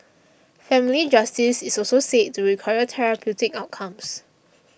family justice is also said to require therapeutic outcomes